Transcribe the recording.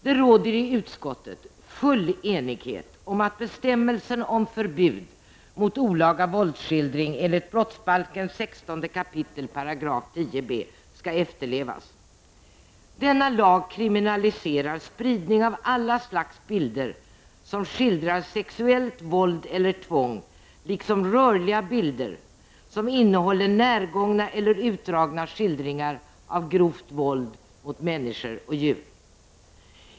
Det råder i utskottet full enighet om att bestämmelsen om förbud mot olaga våldsskildring enligt brottsbalken 16 kap. 10 b § skall efterlevas. Denna lag kriminaliserar spridning av alla slags bilder som skildrar sexuellt våld gller tvång liksom rörliga bilder som innehåller närgångna eller utdragna skildringar av grovt våld mot människor och djur.